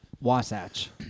Wasatch